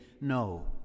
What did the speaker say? no